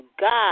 God